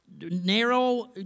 narrow